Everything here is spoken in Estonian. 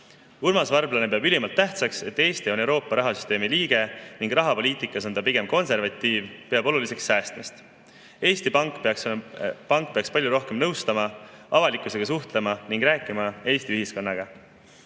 Urmas Varblane peab ülimalt tähtsaks, et Eesti on Euroopa rahasüsteemi liige ning rahapoliitikas on ta pigem konservatiiv, peab oluliseks säästmist. Eesti Pank peaks palju rohkem nõustama, avalikkusega suhtlema ning rääkima Eesti ühiskonnaga.